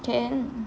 can